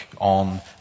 on